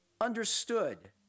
understood